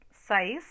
size